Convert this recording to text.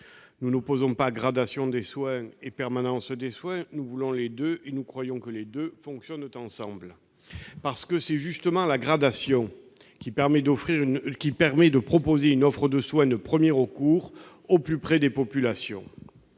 Nous n'opposons pas gradation des soins et permanence des soins, nous croyons que les deux notions fonctionnent ensemble. En effet, c'est justement la gradation qui permet de proposer une offre de soins de premier recours au plus près des populations.